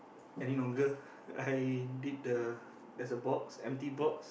any longer I did the there's a box empty box